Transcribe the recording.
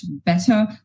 better